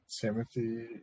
Timothy